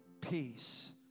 peace